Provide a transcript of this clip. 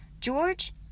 George